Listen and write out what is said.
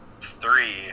three